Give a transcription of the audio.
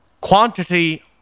quantity